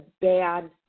bad